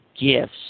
gifts